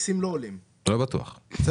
כן,